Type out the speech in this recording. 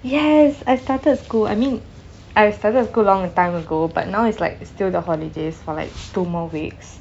yes I started school I mean I started school long time ago but now it's like still the holidays for like two more weeks